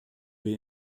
wir